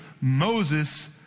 Moses